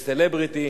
בסלבריטי,